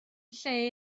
lle